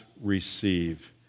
receive